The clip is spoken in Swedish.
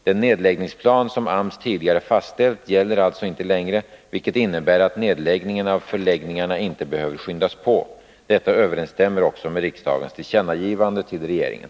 Den nedläggningsplan som AMS tidigare fastställt gäller alltså inte längre, vilket innebär att nedläggningen av förläggningarna inte behöver skyndas på. Detta överensstämmer också med riksdagens tillkännagivande till regeringen.